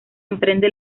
emprende